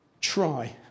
try